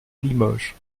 limoges